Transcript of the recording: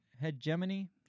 Hegemony